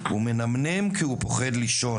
/ הוא מנמנם כי הוא פוחד לישון.